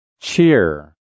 cheer